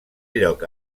lloc